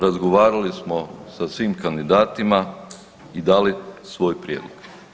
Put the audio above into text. Razgovarali smo sa svim kandidatima i dali svoj prijedlog.